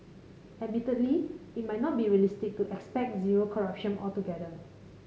admittedly it might not be realistic to expect zero corruption altogether